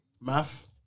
Math